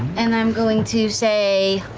and i'm going to say